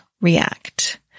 react